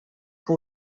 que